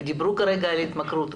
דיברו כרגע על התמכרות,